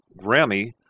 Grammy